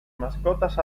mascotas